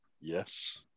Yes